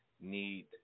need